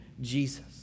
Jesus